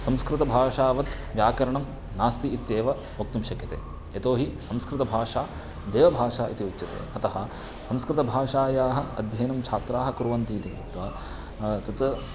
संस्कृतभाषावत् व्याकरणं नास्ति इत्येवं वक्तुं शक्यते यतोहि संस्कृतभाषा देवभाषा इति उच्यते अतः संस्कृतभाषायाः अध्ययनं छात्राः कुर्वन्ति इति उक्त्वा तत्